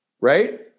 right